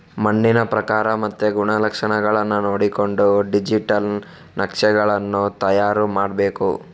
ಮಣ್ಣಿನ ಪ್ರಕಾರ ಮತ್ತೆ ಗುಣಲಕ್ಷಣಗಳನ್ನ ನೋಡಿಕೊಂಡು ಡಿಜಿಟಲ್ ನಕ್ಷೆಗಳನ್ನು ತಯಾರು ಮಾಡ್ಬೇಕು